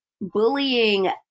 bullying